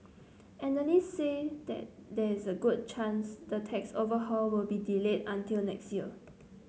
analyst say there there is a good chance the tax overhaul will be delayed until next year